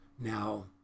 now